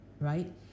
right